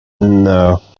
No